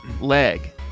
leg